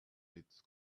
its